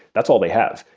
that's all they have.